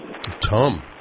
Tom